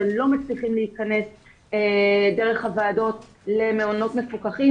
שלא מצליחים להיכנס דרך הועדות למעונות מפוקחים,